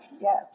yes